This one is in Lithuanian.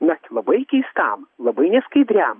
net labai keistam labai neskaidriam